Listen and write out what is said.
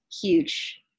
huge